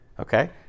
Okay